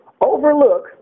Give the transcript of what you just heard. Overlook